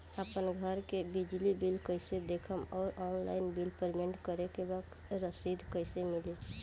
आपन घर के बिजली बिल कईसे देखम् और ऑनलाइन बिल पेमेंट करे के बाद रसीद कईसे मिली?